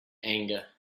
anger